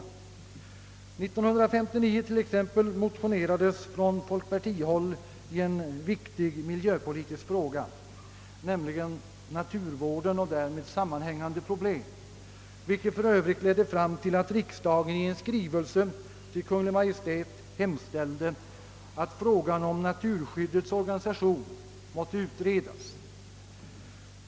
År 1959 t.ex. motionerades från folkpartihåll i en viktig miljöpolitisk fråga, nämligen i frågan om naturvården och därmed sammanhängande problem. Denna motion resulterade i att riksdagen i skrivelse till Kungl. Maj:t hemställde, att frågan om naturskyddets organisation måtte utredas.